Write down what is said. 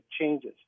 changes